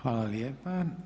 Hvala lijepa.